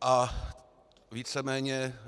A víceméně